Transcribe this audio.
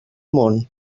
món